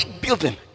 building